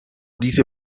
dice